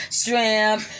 shrimp